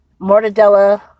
mortadella